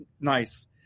nice